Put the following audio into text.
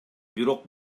бирок